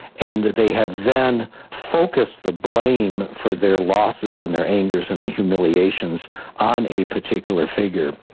and they have then focused the blame for their losses and their angers and the humiliations on a particular figure.